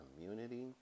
community